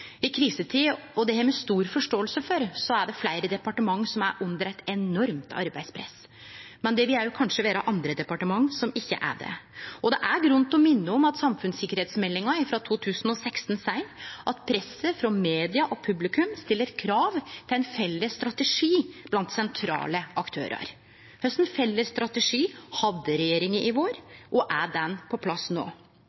I krisetid er fleire departement under eit enormt arbeidspress – og det har me stor forståing for – men det vil kanskje vere andre departement som ikkje er det. Det er grunn til å minne om at det i samfunnssikerheitsmeldinga frå 2016 står: «Presset fra media og publikum stiller krav til en felles mediestrategi blant sentrale aktører.» Kva for felles strategi hadde regjeringa i vår?